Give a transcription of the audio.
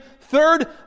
Third